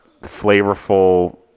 flavorful